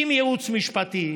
עם ייעוץ משפטי,